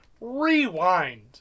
Rewind